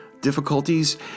difficulties